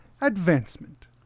advancement